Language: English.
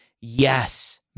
Yes